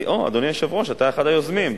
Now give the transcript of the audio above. אוה, אדוני היושב-ראש, אתה אחד היוזמים.